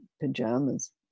pajamas